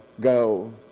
go